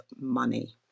money